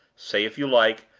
say, if you like,